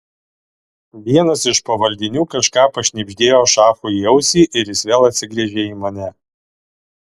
vienas iš pavaldinių kažką pašnibždėjo šachui į ausį ir jis vėl atsigręžė į mane